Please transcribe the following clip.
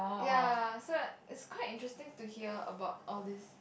ya so uh it's quite interesting to hear about all this